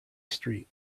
street